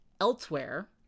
elsewhere